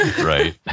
Right